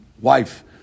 wife